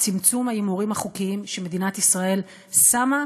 צמצום ההימורים החוקיים שמדינת ישראל שמה,